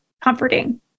comforting